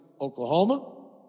Oklahoma